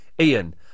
Ian